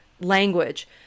language